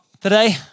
today